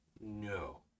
No